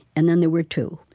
and then there were two.